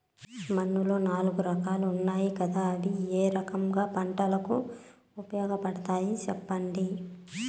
మన్నులో నాలుగు రకాలు ఉన్నాయి కదా అవి ఏ రకం పంటలకు ఉపయోగపడతాయి చెప్పండి?